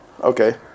Okay